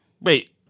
Wait